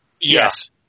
Yes